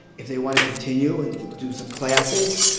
if they want to continue and do some classes,